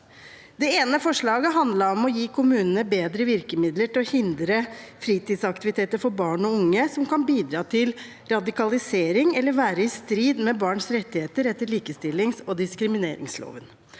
Det ene forslaget handlet om å gi kommunene bedre virkemidler til å hindre fritidsaktiviteter for barn og unge som kan bidra til radikalisering eller være i strid med barns rettigheter etter likestillings- og diskrimineringsloven.